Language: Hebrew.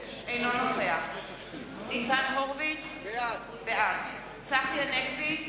אינו נוכח ניצן הורוביץ, בעד צחי הנגבי,